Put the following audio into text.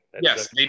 Yes